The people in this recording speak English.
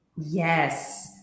Yes